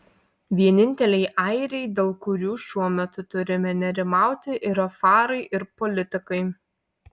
vieninteliai airiai dėl kurių šiuo metu turime nerimauti yra farai ir politikai